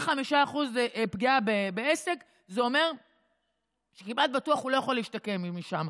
35% של פגיעה בעסק זה אומר שכמעט בטוח הוא לא יכול להשתקם משם,